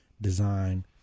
design